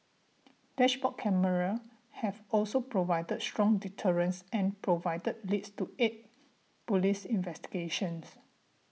dashboard cameras have also provided strong deterrence and provided leads to aid police investigations